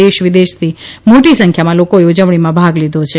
દેશ વિદેશથી મોટી સંખ્યામાં લોકોએ ઉજવણીમાં ભાગ લીધો છે